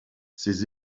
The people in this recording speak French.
ces